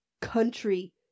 country